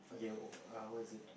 okay how is it